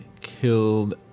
killed